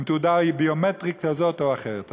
אם תעודה היא ביומטרית כזאת או אחרת.